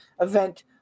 event